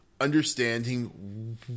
understanding